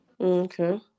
okay